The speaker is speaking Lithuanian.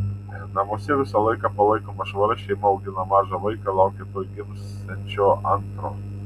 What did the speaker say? namuose visą laiką palaikoma švara šeima augina mažą vaiką laukia tuoj gimsiančio antro